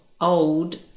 old